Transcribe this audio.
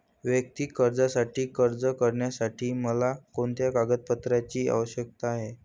वैयक्तिक कर्जासाठी अर्ज करण्यासाठी मला कोणत्या कागदपत्रांची आवश्यकता आहे?